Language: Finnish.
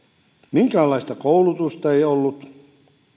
minkäänlaista koulutusta ei ollut